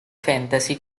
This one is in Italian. fantasy